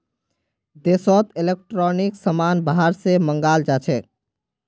देशोत इलेक्ट्रॉनिक समान बाहर से मँगाल जाछे